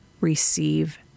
receive